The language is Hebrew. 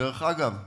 דרך אגב,